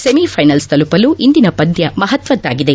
semifinal ತಲುಪಲು ಇಂದಿನ ಪಂದ್ಲ ಮಹತ್ತದ್ದಾಗಿದೆ